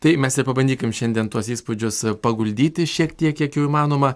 tai mes ir pabandykim šiandien tuos įspūdžius paguldyti šiek tiek kiek jų įmanoma